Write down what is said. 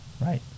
right